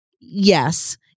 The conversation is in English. yes